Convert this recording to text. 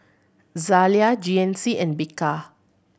Zalia G N C and Bika